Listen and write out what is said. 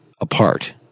apart